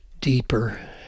deeper